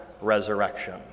resurrection